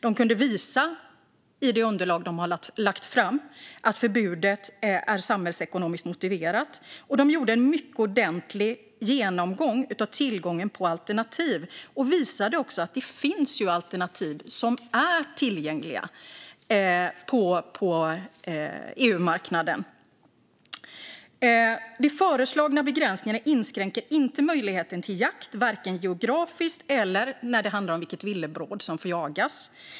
De kunde visa i det underlag de lagt fram att förbudet är samhällsekonomiskt motiverat. De gjorde också en mycket ordentlig genomgång av tillgången på alternativ och visade att det finns alternativ som är tillgängliga på EU-marknaden. De föreslagna begränsningarna inskränker inte möjligheten till jakt, varken geografiskt eller när det handlar om vilket villebråd som får jagas.